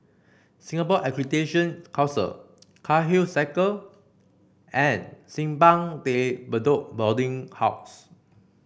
Singapore Accreditation Council Cairnhill Circle and Simpang De Bedok Boarding House